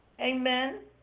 Amen